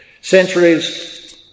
Centuries